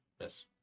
Yes